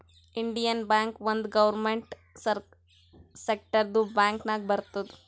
Indian bank ಒಂದ್ government ಸೆಕ್ಟರ್ದು bank ನಾಗ್ ಬರ್ತುದ್